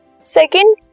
second